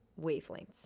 wavelengths